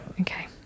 Okay